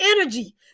energy